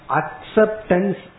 acceptance